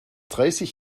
dreißig